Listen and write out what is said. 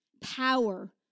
power